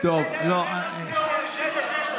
אדוני היושב-ראש,